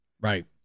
Right